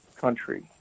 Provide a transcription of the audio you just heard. country